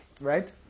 right